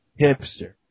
hipster